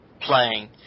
playing